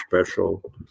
special